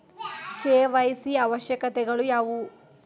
KYC ಅವಶ್ಯಕತೆಗಳು ಯಾವುವು?